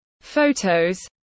photos